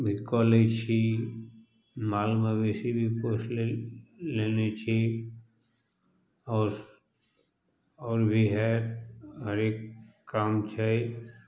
भी कऽ लै छी माल मवेशी भी पोस लेने छी आओर आओर भी हए हरेक काम छै